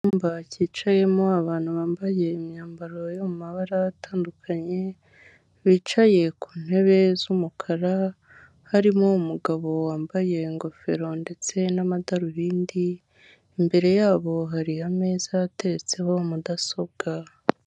Icyumba cyicayemo abantu bambaye imyambaro yo mu mabara atandukanye, bicaye ku ntebe z'umukara harimo umugabo wambaye ingofero ndetse n'amadarubindi, imbere yabo hari ameza ateretseho mudasobwa.